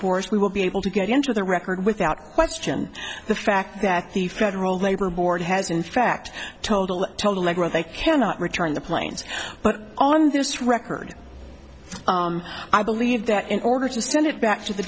course we will be able to get into the record without question the fact that the federal labor board has in fact total total magro they cannot return the planes but on this record i believe that in order to send it back to the